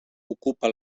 ocupa